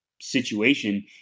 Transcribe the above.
situation